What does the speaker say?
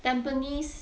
tampines